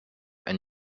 and